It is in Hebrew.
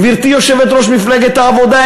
גברתי יושבת-ראש מפלגת העבודה,